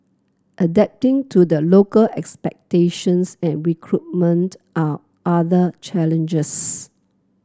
adapting to the local expectations and recruitment are other challenges